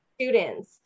students